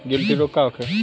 गिलटी रोग का होखे?